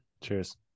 Cheers